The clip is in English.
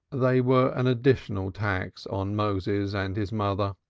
they were an additional tax on moses and his mother.